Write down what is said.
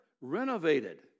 renovated